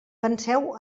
penseu